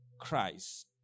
Christ